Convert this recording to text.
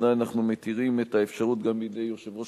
עדיין אנחנו מתירים את האפשרות גם לידי יושב-ראש